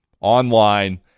online